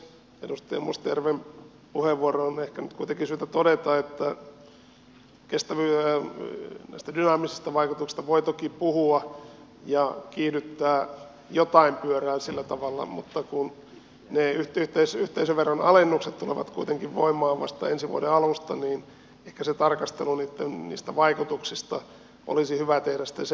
edustaja mustajärven puheenvuoroon on ehkä nyt kuitenkin syytä todeta että näistä dynaamisista vaikutuksista voi toki puhua ja kiihdyttää jotain pyörää sillä tavalla mutta kun ne yhteisöveron alennukset tulevat kuitenkin voimaan vasta ensi vuoden alusta niin ehkä se tarkastelu niistä vaikutuksista olisi hyvä tehdä sitten sen jälkeen